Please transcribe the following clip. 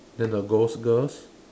then the ghost girls